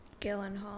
Gyllenhaal